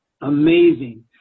Amazing